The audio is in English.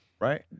right